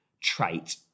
trait